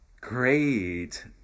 Great